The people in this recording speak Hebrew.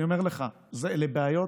אני אומר לך: אלה בעיות